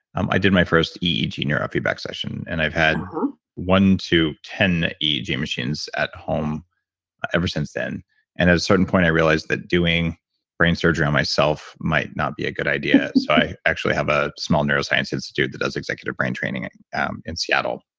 um i did my first eeg neurofeedback session and i've had one to ten eeg machines at home ever since then and at a certain point, i realized that doing brain surgery on myself might not be a good idea so i actually have a small neuroscience institute that does executive brain training um in seattle,